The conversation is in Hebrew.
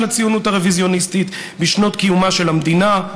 הציונות הרוויזיוניסטית בשנות קיומה של המדינה,